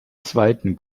zweiten